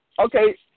Okay